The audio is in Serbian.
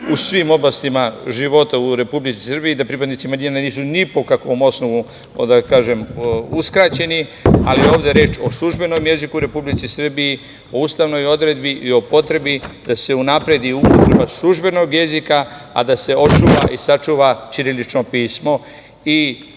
u svim oblastima života u Republici Srbiji, da pripadnici manjina nisu ni po kakvom osnovu uskraćeni, ali ovde je reč o službenom jeziku u Republici Srbiji, o Ustavnoj odredbi i o potrebi da se unapredi upotreba službenog jezika, a da se očuva i sačuva ćirilično pismo. Na